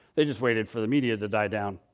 they just waited for the media to die down.